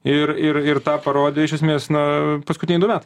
ir ir ir tą parodė iš esmės na paskutiniai du metai